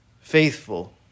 faithful